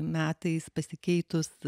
metais pasikeitus